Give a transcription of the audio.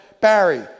Barry